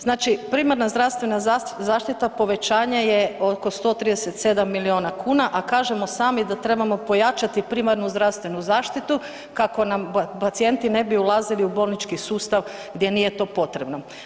Znači primarna zdravstvena zaštita povećanje je oko 137 milijuna kuna, a kažemo sami da trebamo pojačati primarnu zdravstvenu zaštitu kako nam pacijenti ne bi ulazili u bolnički sustav gdje nije to potrebno.